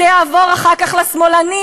זה יעבור אחר כך לשמאלנים,